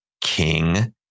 king